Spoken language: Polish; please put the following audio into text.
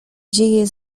dzieje